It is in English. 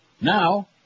Now